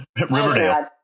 Riverdale